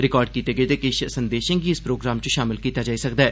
record कीते गेदे किश संदेशें गी इस प्रोग्राम च शामिल कीता जाई सकदा ऐ